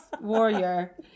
warrior